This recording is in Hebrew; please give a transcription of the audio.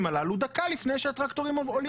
הללו דקה לפני שהטרקטורים עולים עליהם.